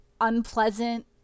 unpleasant